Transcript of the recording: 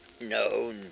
No